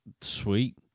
Sweet